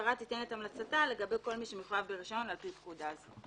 המשטרה תיתן את המלצתה לגבי כל מי שמחויב ברישיון על פי פקודה זו.